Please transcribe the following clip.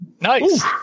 Nice